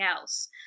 else